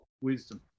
wisdom